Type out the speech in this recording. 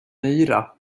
myra